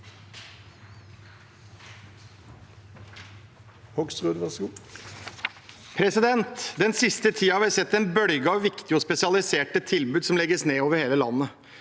Den siste tiden har vi sett en bølge av viktige og spesialiserte tilbud som legges ned over hele landet.